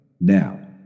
Now